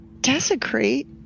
Desecrate